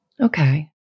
Okay